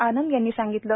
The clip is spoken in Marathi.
आनंद यांनी सांगितलं